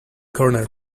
corner